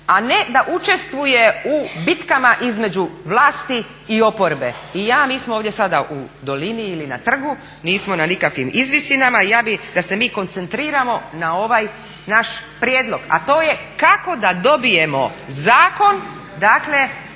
a ne da učestvuje u bitkama između vlasti i oporbe. Mi smo ovdje sada u dolini ili na trgu, nismo na nikakvim izvisinama i ja bih da se mi koncentriramo na ovaj naš prijedlog, a to je kako da dobijemo Zakon o